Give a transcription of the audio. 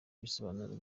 ibisobanuro